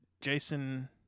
Jason